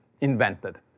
invented